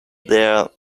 their